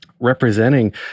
representing